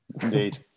Indeed